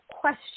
Question